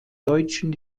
deutschen